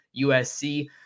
USC